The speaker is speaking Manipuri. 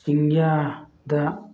ꯆꯤꯡꯌꯥꯗ